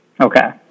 Okay